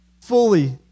fully